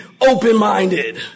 open-minded